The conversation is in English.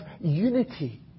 unity